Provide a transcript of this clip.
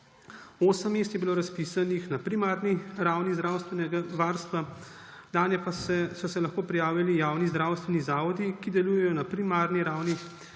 8 mest je bilo razpisanih na primarni ravni zdravstvenega varstva, nanje pa so se lahko prijavili javni zdravstveni zavodi, ki delujejo na primarni ravni